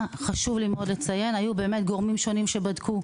חשוב לי מאוד לציין שבמהלך השנה היו גורמים שונים שבדקו.